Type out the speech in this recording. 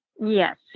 Yes